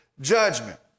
judgment